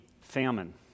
famine